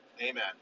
Amen